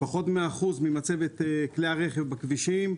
פחות מאחוז ממצבת כלי הרכב בכבישים,